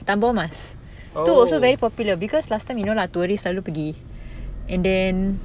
oh